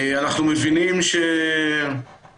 אנחנו מבינים שסגרו